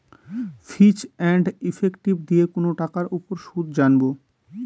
ফিচ and effective দিয়ে কোনো টাকার উপর সুদ জানবো